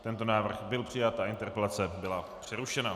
Tento návrh byl přijat a interpelace byla přerušena.